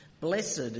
Blessed